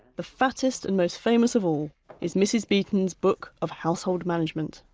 the fattest and most famous of all is mrs beeton's book of household management.